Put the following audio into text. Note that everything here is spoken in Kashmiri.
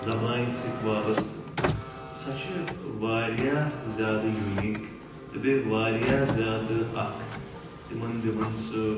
زبانۍ سۭتۍ وابسطہٕ سۄ چھِ واریاہ زیادٕ یوٗنیٖک تہٕ بیٚیہِ واریاہ زیادٕ اکھ تِمن دِوان سُہ